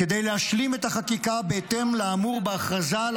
כדי להשלים את החקיקה בהתאם לאמור בהכרזה על